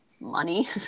money